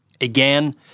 again